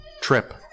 trip